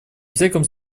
всяком